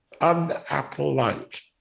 un-Apple-like